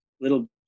little